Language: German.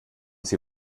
sie